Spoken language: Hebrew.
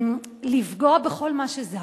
לפגוע בכל מה שזז: